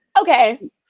Okay